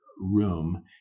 room